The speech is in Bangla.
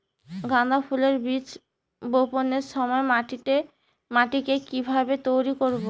গাদা ফুলের বীজ বপনের সময় মাটিকে কিভাবে তৈরি করব?